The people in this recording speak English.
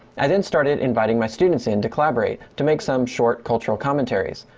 i then started inviting my students in to collaborate to make some short cultural commentaries.